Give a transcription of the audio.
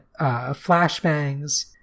flashbangs